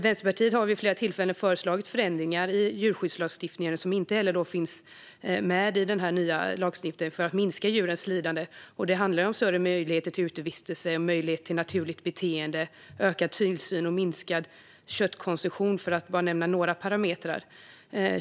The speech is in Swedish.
Vänsterpartiet har dock vid flera tillfällen föreslagit förändringar i djurskyddslagstiftningen, som inte finns med i den nya lagstiftningen, för att minska djurens lidande. Det handlar om större möjligheter till utevistelse och naturligt beteende, ökad tillsyn och minskad köttkonsumtion, för att bara nämna några parametrar.